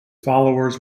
followers